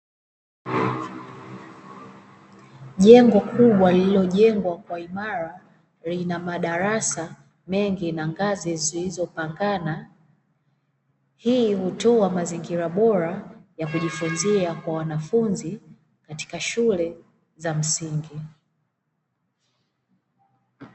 Jengo kubwa lililojengwa kwa imara na lina madarasa mengi na ngazi zilizopakana, hii hutoa mazingira bora ya kujifunza kwa wanafunzi katika shule za msingi.